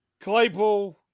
Claypool